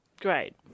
Great